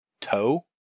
toe